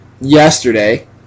yesterday